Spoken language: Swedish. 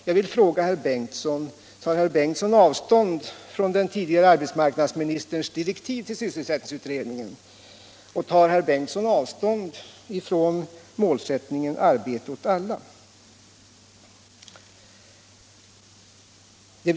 Jag vill fråga herr Bengtsson, om han tar avstånd från de direktiv till sysselsättningsutredningen som tidigare lämnats, och om han tar avstånd från målet ”arbete åt alla”.